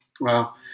Wow